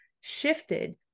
shifted